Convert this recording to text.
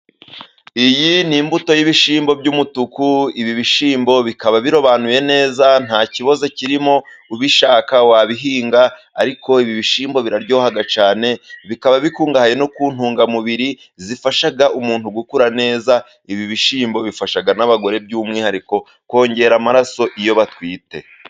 Iyi ni imbuto y'ibishyimbo by'umutuku, ibi bishyimbo bikaba birobanuye neza nta kibazo kirimo, ubishaka wabihinga ariko ibi bishyimbo biraryoha cyane, bikaba bikungahaye no ku ntungamubiri zifasha umuntu gukura neza. Ibi bishyimbo bifasha n'abagore by'umwihariko kongera amaraso iyo batwite.